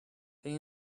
they